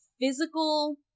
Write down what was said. physical